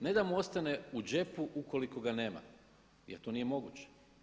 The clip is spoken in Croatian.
Ne da mu ostane u džepu ukoliko ga nema jer to nije moguće.